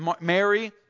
mary